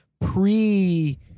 pre